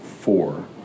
four